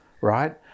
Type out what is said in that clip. Right